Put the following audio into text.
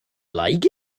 like